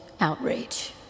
outrage